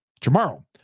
tomorrow